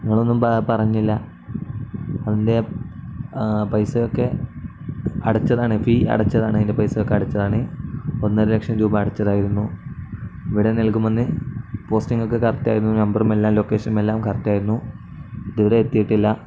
നിങ്ങളൊന്നും പറഞ്ഞില്ല അതിൻ്റെ ആ പൈസൊക്കെ അടച്ചതാണ് ഫീ അടച്ചതാണ് അതിൻ്റെ പൈസൊക്കെ അടച്ചതാണ് ഒന്നര ലക്ഷം രൂപ അടച്ചതായിരുന്നു ഇവിടെ നൽകുമെന്ന് പോസ്റ്റിങ്ങൊക്കെ കറക്റ്റായിരുന്നു നമ്പറുമെല്ലാം ലൊക്കേഷൻ എല്ലാം കറക്റ്റായിരുന്നു ഇത് വരെ എത്തിയിട്ടില്ല